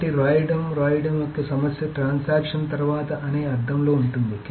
కాబట్టి వ్రాయడం వ్రాయడం యొక్క సమస్య ట్రాన్సాక్షన్ తర్వాత అనే అర్థంలో ఉంటుంది